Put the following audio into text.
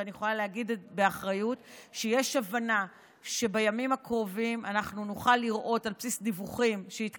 ואני יכולה להגיד באחריות שיש הבנה שבימים הקרובים אנחנו נוכל לראות,